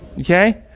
Okay